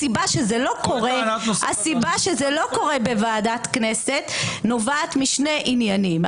הסיבה שזה לא קורה בוועדת הכנסת נובעת משני עניינים: